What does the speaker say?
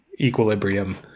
equilibrium